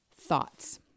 thoughts